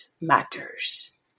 matters